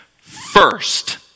first